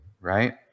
right